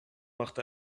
machte